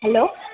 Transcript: hello